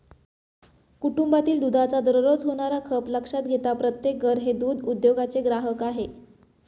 कुटुंबातील दुधाचा दररोज होणारा खप लक्षात घेता प्रत्येक घर हे दूध उद्योगाचे ग्राहक आहे